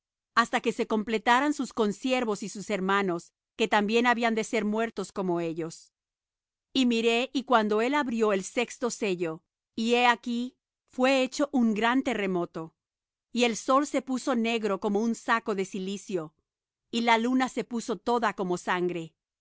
hasta que se completaran sus consiervos y sus hermanos que también habían de ser muertos como ellos y miré cuando él abrió el sexto sello y he aquí fué hecho un gran terremoto y el sol se puso negro como un saco de cilicio y la luna se puso toda como sangre